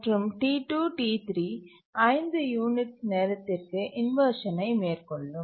மற்றும் T2 T3 5 units நேரத்திற்கு இன்வர்ஷனை மேற்கொள்ளும்